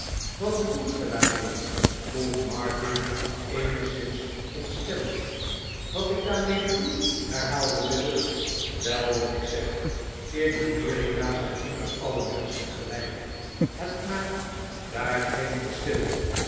wat bedoelt ge daarmee vroeg martin eenigszins ontstemd wat ik daarmee bedoel herhaalde bill wel wat ik zeg in amerika zijn immers alle menschen gelijk het maakt daar geen verschil